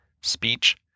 speech